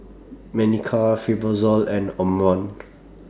Manicare Fibrosol and Omron